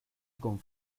con